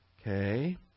Okay